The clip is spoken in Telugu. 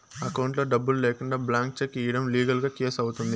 అకౌంట్లో డబ్బులు లేకుండా బ్లాంక్ చెక్ ఇయ్యడం లీగల్ గా కేసు అవుతుంది